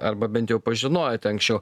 arba bent jau pažinojote anksčiau